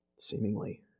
Seemingly